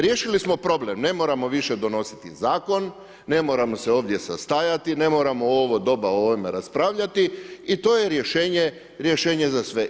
Riješili smo problem, ne moramo više donositi zakon, ne moramo se ovdje sastajati, ne moramo u ovo doba o ovome raspravljati i to je rješenje za sve.